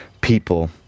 people